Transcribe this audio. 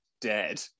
dead